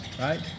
right